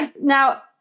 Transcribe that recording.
Now